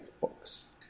books